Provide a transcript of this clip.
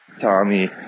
Tommy